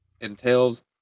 entails